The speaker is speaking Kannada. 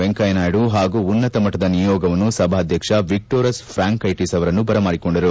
ವೆಂಕಯ್ನಾಯ್ಡು ಹಾಗೂ ಉನ್ನತಮಟ್ಟದ ನಿಯೋಗವನ್ನು ಸಭಾಧ್ಯಕ್ಷ ವಿಕ್ಟೋರಸ್ ಪ್ರಾಂಕ್ ಐಟಿಸ್ ಅವರನ್ನು ಬರಮಾಡಿಕೊಂಡರು